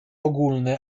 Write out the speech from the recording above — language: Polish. ogólne